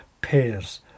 pairs